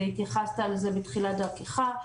והתייחסת על זה בתחילת דרכך.